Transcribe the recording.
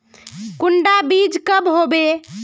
कुंडा बीज कब होबे?